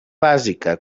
bàsica